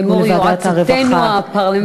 אמור: יועצותינו הפרלמנטריות.